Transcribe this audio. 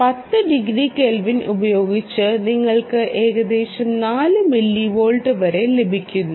10 degree kelvin ഉപയോഗിച്ച് നിങ്ങൾക്ക് ഏകദേശം 4 മില്ലി വാട്ട് വരെ ലേഭികുന്നു